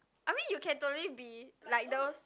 I mean you can totally be like those